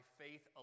faith